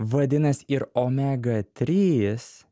vadinas ir omega trys